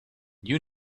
you